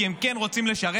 כי הם כן רוצים לשרת.